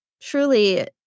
Truly